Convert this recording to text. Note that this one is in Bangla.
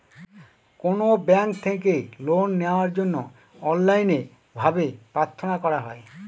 কোনো ব্যাঙ্ক থেকে লোন নেওয়ার জন্য অনলাইনে ভাবে প্রার্থনা করা হয়